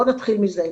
בואו נתחיל מזה,